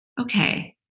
okay